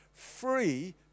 free